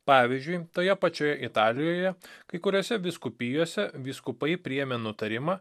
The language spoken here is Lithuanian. pavyzdžiui toje pačioje italijoje kai kuriose vyskupijose vyskupai priėmė nutarimą